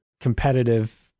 competitive